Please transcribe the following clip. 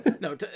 No